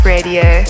Radio